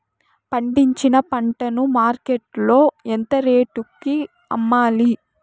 పండించిన పంట ను మార్కెట్ లో ఎంత రేటుకి అమ్మాలి?